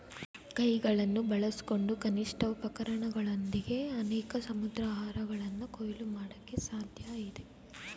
ಕೈಗಳನ್ನು ಬಳಸ್ಕೊಂಡು ಕನಿಷ್ಠ ಉಪಕರಣಗಳೊಂದಿಗೆ ಅನೇಕ ಸಮುದ್ರಾಹಾರಗಳನ್ನ ಕೊಯ್ಲು ಮಾಡಕೆ ಸಾಧ್ಯಇದೆ